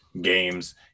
games